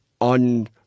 on